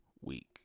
week